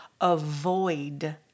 Avoid